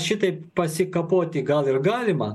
šitaip pasikapoti gal ir galima